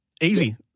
Easy